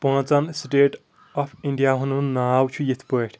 پانٛژَن state of اِنڈِیاہَن ہُںٛد ناو چھُ یِتھ پٲٹھۍ